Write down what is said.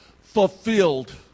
fulfilled